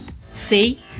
See